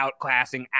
outclassing